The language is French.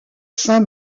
saint